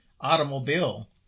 automobile